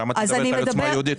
למה את מדברת על עוצמה יהודית?